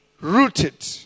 rooted